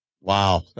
Wow